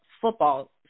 football